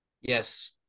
Yes